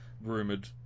rumoured